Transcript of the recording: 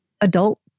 adult